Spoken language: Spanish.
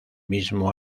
mismo